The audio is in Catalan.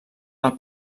del